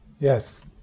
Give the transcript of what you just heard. Yes